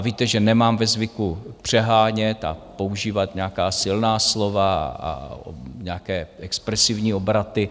Víte, že nemám ve zvyku přehánět a používat nějaká silná slova, nějaké expresivní obraty.